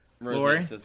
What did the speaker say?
Lori